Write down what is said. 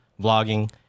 vlogging